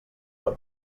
per